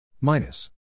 Minus